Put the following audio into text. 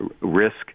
Risk